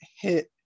hit